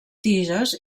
tiges